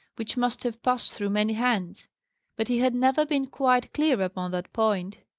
which must have passed through many hands but he had never been quite clear upon that point.